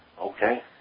Okay